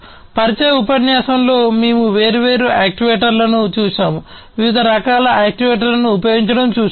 పరిచయ ఉపన్యాసంలో మేము వేర్వేరు యాక్యుయేటర్లను చూశాము వివిధ రకాల యాక్యుయేటర్లను ఉపయోగించడం చూశాము